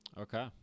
Okay